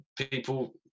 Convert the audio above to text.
people